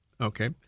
okay